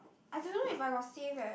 I don't know if I got save eh